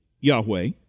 Yahweh